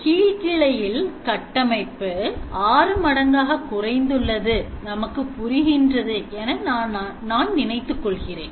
கீழ் கிளையில் கட்டமைப்பு ஆறு மடங்காக குறைந்துள்ளது நமக்கு புரிகின்றது என நான் நினைத்துக் கொள்கிறேன்